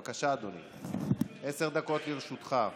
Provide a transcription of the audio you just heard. בבקשה, אדוני, עשר דקות לרשותך.